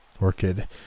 Orchid